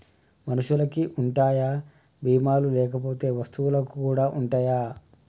మనుషులకి ఉంటాయా బీమా లు లేకపోతే వస్తువులకు కూడా ఉంటయా?